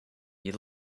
you